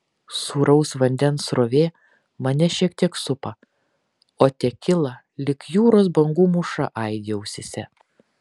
sūraus vandens srovė mane šiek tiek supa o tekila lyg jūros bangų mūša aidi ausyse